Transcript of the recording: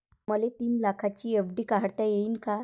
मले तीन लाखाची एफ.डी काढता येईन का?